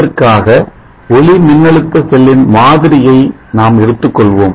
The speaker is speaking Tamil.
இதற்காக ஒளி மின்னழுத்த செல்லின் மாதிரியை நாம் எடுத்துக்கொள்வோம்